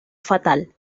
fatal